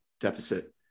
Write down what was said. deficit